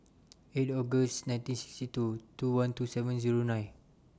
eight August nineteen sixty two two one two seven Zero nine